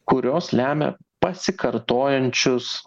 kurios lemia pasikartojančius